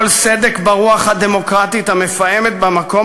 כל סדק ברוח הדמוקרטית המפעמת במקום